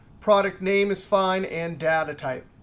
product name is fine and data type.